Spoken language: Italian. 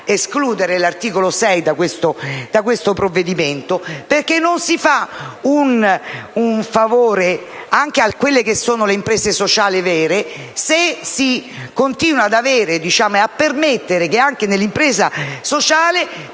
escludere l'articolo 6 da questo provvedimento, perché non si fa un favore alle imprese sociali vere se si continua a permettere che anche nell'impresa sociale